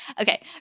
okay